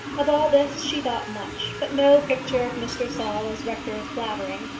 of all this she thought much but no picture of mr. saul as rector of clavering,